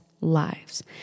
lives